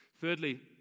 Thirdly